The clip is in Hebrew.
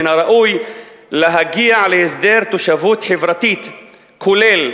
מן הראוי להגיע להסדר תושבות חברתית כולל,